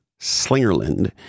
Slingerland